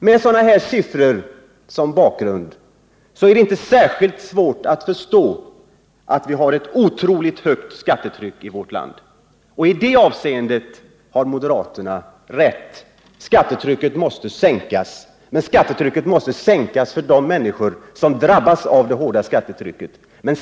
Med sådana här siffror som bakgrund är det inte särskilt svårt att förstå att vi har ett otroligt högt skattetryck i vårt land. I det avseendet har moderaterna rätt. Skattetrycket måste sänkas — men det måste sänkas för de människor som drabbas av det höga skattetrycket.